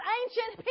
ancient